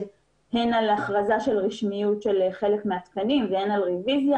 הן על הכרזה של רשמיות של חלק מהתקנים והן על רביזיה.